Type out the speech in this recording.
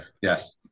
yes